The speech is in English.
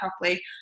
properly